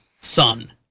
son